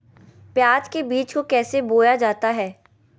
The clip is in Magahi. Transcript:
प्याज के बीज को कैसे बोया जाता है?